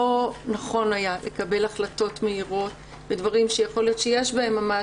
לא נכון היה לקבל החלטות מהירות בדברים שיכול להיות שיש בהם ממש,